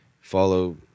Follow